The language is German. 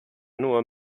nur